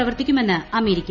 പ്രവർത്തിക്കുമെന്ന് അമേരിക്ക